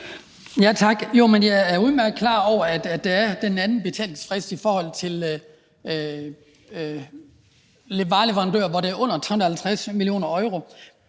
Jeg er udmærket klar over, at der er den anden betalingsfrist i forhold til vareleverandører med en omsætning under 350 mio. euro,